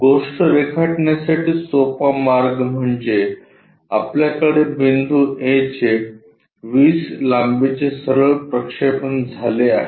गोष्ट रेखाटण्यासाठी सोपा मार्ग म्हणजे आपल्याकडे बिंदू A चे 20 लांबीचे सरळ प्रक्षेपण झाले आहे